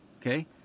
okay